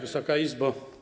Wysoka Izbo!